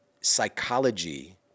psychology